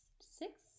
six